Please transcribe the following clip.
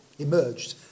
emerged